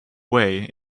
way